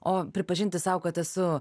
o pripažinti sau kad esu